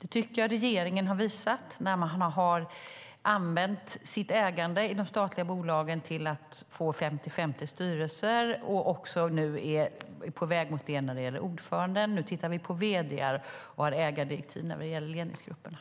Det tycker jag att regeringen har visat när man har använt sitt ägande i de statliga bolagen till att få 50-50 i styrelser och nu är på väg mot det när det gäller ordförande, och nu tittar man på vd:ar och har ägardirektiv när det gäller ledningsgrupperna.